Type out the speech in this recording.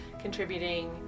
contributing